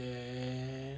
then